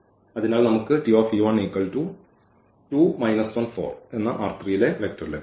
അതിനാൽ നമുക്ക് ലഭിക്കും